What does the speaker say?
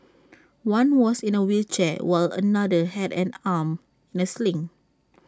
one was in A wheelchair while another had an arm in A sling